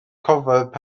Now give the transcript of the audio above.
cofeb